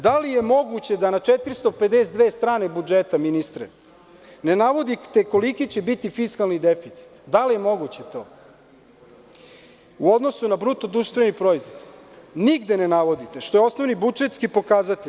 Da li je moguće da na 452 strane budžeta, ministre, ne navodite koliki će biti fiskalni deficit, da li je moguće to, u odnosu na bruto društveni proizvod, nigde ne navodite, što je osnovni budžetski pokazatelj?